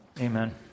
Amen